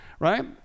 right